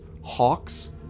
hawks